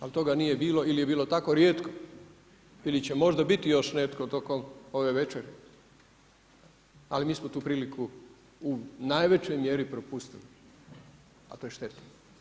Ali toga nije bilo ili je bilo tako rijetko ili će možda biti još netko tokom ove večeri, ali mi smo tu priliku u najvećoj mjeri propustili, a to je šteta.